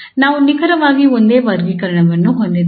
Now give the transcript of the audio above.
ನಾವು ನಿಖರವಾಗಿ ಒಂದೇ ವರ್ಗೀಕರಣವನ್ನು ಹೊಂದಿದ್ದೇವೆ